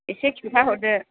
एसे खिन्थाहरदो